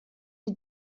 est